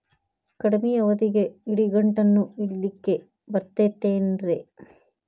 ಕಡಮಿ ಅವಧಿಗೆ ಇಡಿಗಂಟನ್ನು ಇಡಲಿಕ್ಕೆ ಬರತೈತೇನ್ರೇ?